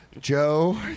Joe